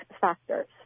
factors